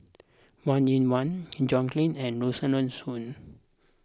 Wong Yoon Wah Ng John Clang and Rosaline Soon